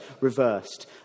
reversed